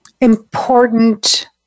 important